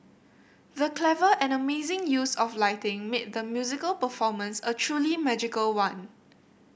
the clever and amazing use of lighting made the musical performance a truly magical one